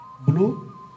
blue